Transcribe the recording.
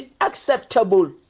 acceptable